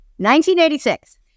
1986